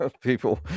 people